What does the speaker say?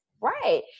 Right